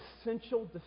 essential